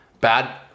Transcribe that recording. Bad